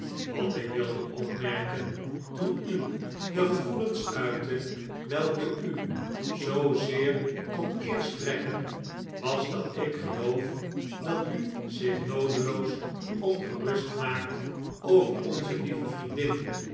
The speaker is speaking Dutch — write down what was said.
wat ik wilde opmerken toen u de gevoelens uitte welke u zoo zeer tot eer strekken was dat ik geloof dat u zich noodeloos ongerust maakt over onze lieve vriendin